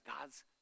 God's